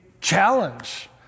challenge